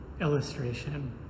illustration